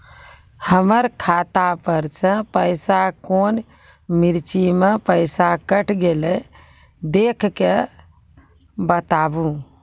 हमर खाता पर से पैसा कौन मिर्ची मे पैसा कैट गेलौ देख के बताबू?